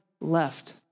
left